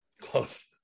Close